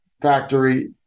factory